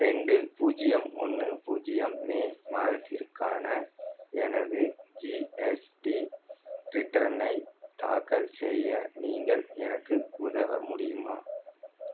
ரெண்டு பூஜ்ஜியம் ஒன்று பூஜ்ஜியம் மே மாதத்திற்கான எனது ஜிஎஸ்டி ரிட்டர்னை தாக்கல் செய்ய நீங்கள் எனக்கு உதவ முடியுமா